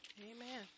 Amen